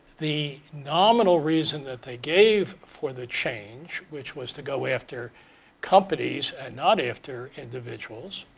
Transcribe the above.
the nominal reason that they gave for the change, which was to go after companies and not after individuals